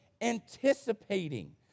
anticipating